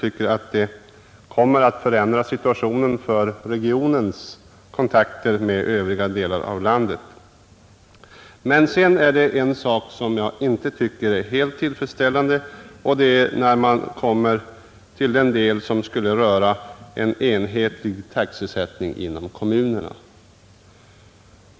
Detta kommer att förändra situationen för regionens kontakter med övriga delar av landet. Vad som enligt min uppfattning inte är helt tillfredsställande är emellertid den del som skulle röra en enhetlig taxesättning inom kommunerna.